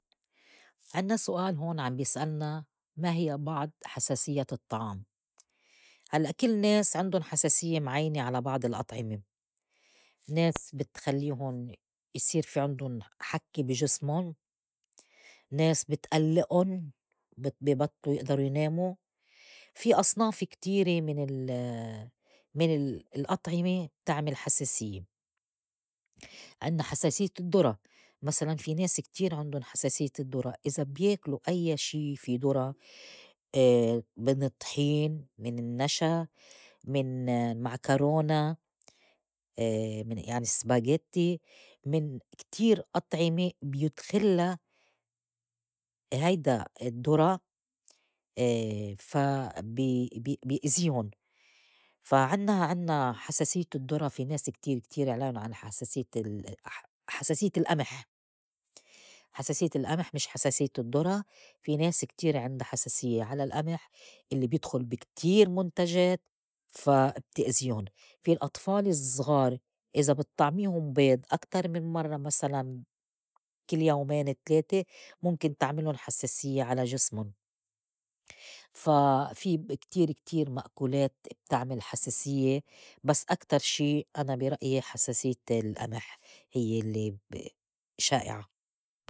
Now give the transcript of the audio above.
عِنّا سؤال هون عم بيسألنا، ما هي بعض حساسيّة الطّعام؟ هلّأ كل ناس عِندُن حساسيّة معيْنة على بعض الأطعمة، ناس بتخليهُن يصير في عندن حكّي بجسمٌ، ناس بتئلِّئُن بي بطلوا يقدروا يناموا في أصناف كتيره من ال- من لأطعمة بتعمل حساسيّة. عِنّا حساسيّة الدُّرة مثلاً في ناس كتير عندن حساسيّة الدُّرة إذا بياكلو أيّا شي في دُرة من الطحين من النّشا من المعكرونة من يعني سباغيتي من كتير أطعمة بيُدخلّا هيدا الدُّرة فا بي- بيأ- بيأذيهن فا عنّا- عنّا حساسيّة الدُّرة في ناس كتير كتير علين عن حساسية الح- حساسية القمح، حساسيّة القمح مش حساسية الدُّرة في ناس كثير عندا حساسيّة على القمح اللّي بيدخُل بي كتير منتجات فا بتأزيون. في الأطفال الصغار إذا بِطّعميهُن بيض أكتر من مرّة مسلاً كل يومين تلاته ممكن تعملٌّ حساسيّة على جِسمٌ فا في كتير كتير مأكولات بتعمل حساسيّة، بس أكتر شي أنا برأيه حساسيّة القمح هي الّي ب- شائعة.